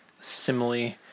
simile